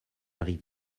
rive